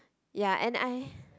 ya and I